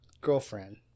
Girlfriend